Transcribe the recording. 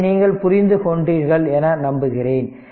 இதை நீங்கள் புரிந்து கொண்டீர்கள் என்று நம்புகிறேன்